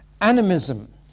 Animism